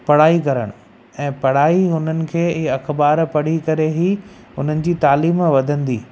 पढ़ाई करण ऐं पढ़ाई हुननि खे इहे अख़बारु पढ़ी करे ई हुननि जी तालीम वधंदी